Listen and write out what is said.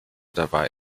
dabei